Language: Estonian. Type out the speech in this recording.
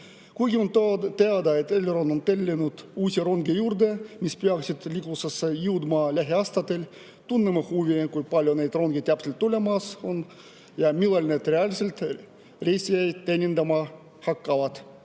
Kuigi on teada, et Elron on tellinud uusi ronge juurde, mis peaksid liiklusesse jõudma lähiaastatel, tunneme huvi, kui palju neid ronge täpselt tulemas on ja millal need reaalselt reisijaid teenindama hakkavad.